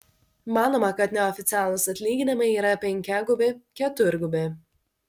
manoma kad neoficialūs atlyginimai yra penkiagubi keturgubi